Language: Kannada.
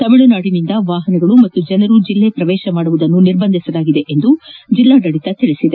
ತಮಿಳುನಾಡಿನಿಂದ ವಾಹನಗಳು ಹಾಗೂ ಜನರು ಜಿಲ್ಲೆ ಶ್ರವೇತಿಸುವುದನ್ನು ನಿಬಂಧಿಸಲಾಗಿದೆ ಎಂದು ಜಿಲ್ಲಾಡಳಿತ ತಿಳಿಸಿದೆ